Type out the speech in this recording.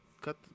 Cut